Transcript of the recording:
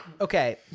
Okay